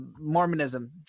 mormonism